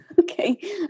Okay